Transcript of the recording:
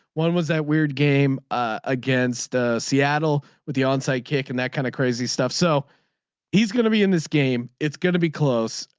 one was that weird game against seattle with the onside kick and that kind of crazy stuff. so he's going to be in this game it's going to be close.